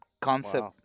concept